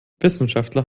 wissenschaftler